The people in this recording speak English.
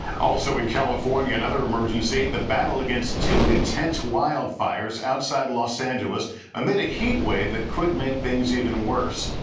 also in california, another emergency. the battle against two intense wild fires outside los angeles amid a heat wave that could make things even worse.